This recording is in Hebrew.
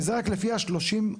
שזה רק לפי ה-30%,